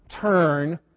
turn